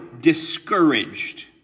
discouraged